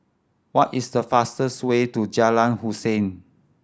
what is the fastest way to Jalan Hussein